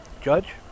Judge